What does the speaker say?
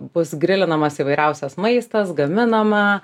bus grilinamas įvairiausias maistas gaminama